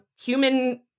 human